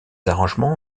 arrangements